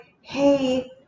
hey